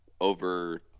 over